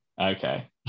okay